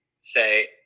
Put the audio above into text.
say